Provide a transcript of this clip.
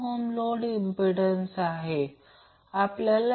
तर VLI Z म्हणजे हे करंट 40A आहे 1256V आपल्याला मिळाले आहे